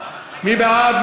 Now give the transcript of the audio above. מי בעד?